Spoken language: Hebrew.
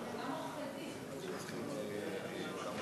אינו נוכח.